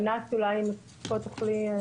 ענת אולי תוכלי לעדכן?